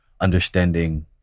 understanding